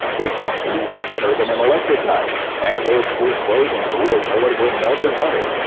it cuts meat better than an electric knife and goes through frozen food as though it were melted butter.